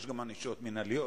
יש גם ענישות מינהליות,